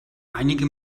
einige